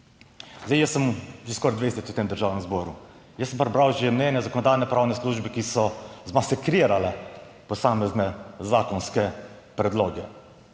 Zdaj, jaz sem že skoraj 20 let v tem Državnem zboru. Jaz sem prebral že mnenje Zakonodajno-pravne službe, ki so zmasakrirale posamezne zakonske predloge